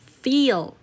feel